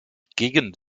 gegen